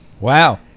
Wow